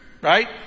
right